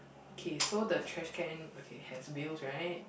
K so the trash can okay has wheels right